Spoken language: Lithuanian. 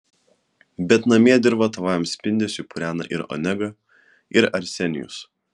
bet namie dirvą tavajam spindesiui purena ir onega ir arsenijus